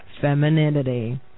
femininity